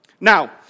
Now